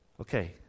Okay